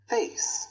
Face